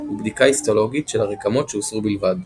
ובדיקה היסטולוגית של הרקמות שהוסרו בלבד.